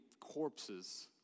corpses